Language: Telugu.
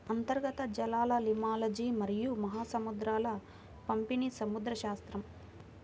అంతర్గత జలాలలిమ్నాలజీమరియు మహాసముద్రాల పంపిణీసముద్రశాస్త్రం